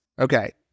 Okay